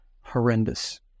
horrendous